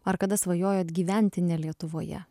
ar kada svajojot gyventi ne lietuvoje